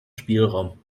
spielraum